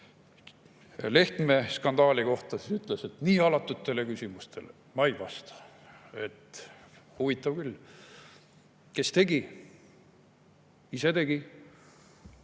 Lehtme skandaali kohta, siis ta ütles, et nii alatutele küsimustele ta ei vasta. Huvitav küll. Kes tegi? Ise tegi.